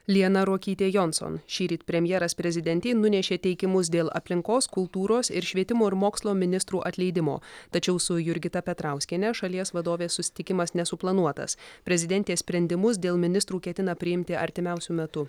liana ruokytė jonson šįryt premjeras prezidentei nunešė teikimus dėl aplinkos kultūros ir švietimo ir mokslo ministrų atleidimo tačiau su jurgita petrauskiene šalies vadovės susitikimas nesuplanuotas prezidentė sprendimus dėl ministrų ketina priimti artimiausiu metu